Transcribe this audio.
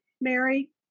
Mary